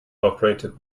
operated